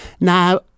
Now